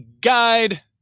guide